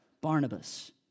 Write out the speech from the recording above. Barnabas